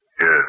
Yes